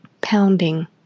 pounding